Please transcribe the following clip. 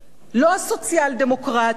לא הסוציאל-דמוקרטים.